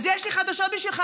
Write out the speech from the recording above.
אז יש לי חדשות בשבילך,